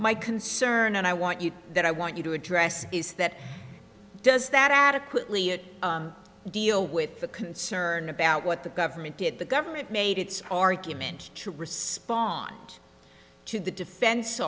my concern and i want you that i want you to address is that does that adequately it deal with the concern about what the government did the government made its argument to respond to the defense